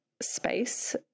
space